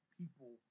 people